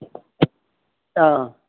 অঁ